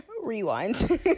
rewind